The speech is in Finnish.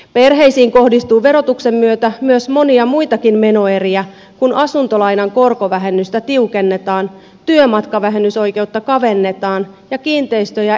perheisiin kohdistuu verotuksen myötä myös monia muitakin menoeriä kun asuntolainan korkovähennystä tiukennetaan työmatkavähennysoikeutta kavennetaan ja kiinteistö ja energiaveroja nostetaan